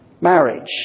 marriage